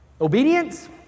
Obedience